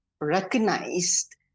recognized